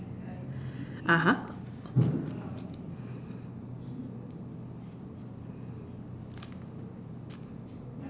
(uh huh)